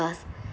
us